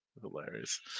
Hilarious